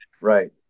right